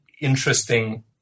interesting